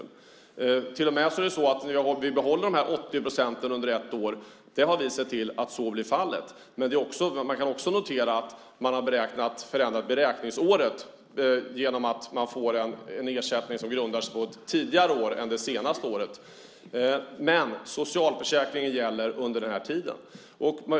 Det är till och med så att vi behåller de 80 procenten under ett år - vi har sett till att så blir fallet. Men vi kan också notera att beräkningsåret har förändrats genom att man får en ersättning som grundar sig på tidigare år än det senaste året. Men socialförsäkringen gäller under den här tiden.